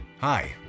Hi